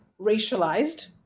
racialized